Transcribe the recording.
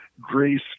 grace